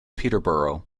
peterborough